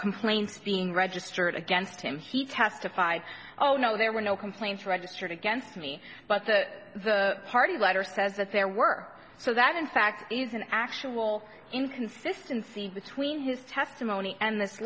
complaint being registered against him he testified oh no there were no complaints registered against me but the the party letter says that there were so that in fact is an actual inconsistency between his testimony and